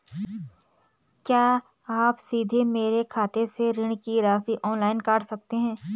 क्या आप सीधे मेरे खाते से ऋण की राशि ऑनलाइन काट सकते हैं?